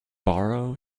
borrow